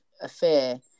affair